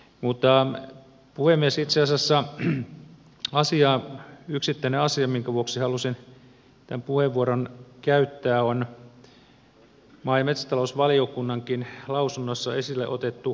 mutta puhemies itse asiassa yksittäinen asia minkä vuoksi halusin tämän puheenvuoron käyttää on maa ja metsätalousvaliokunnankin lausunnossa esille otettu kansainvälinen vaikuttaminen